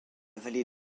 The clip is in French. vallée